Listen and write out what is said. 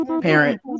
parent